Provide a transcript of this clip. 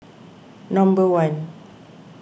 number one